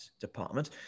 department